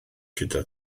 gyda